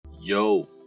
yo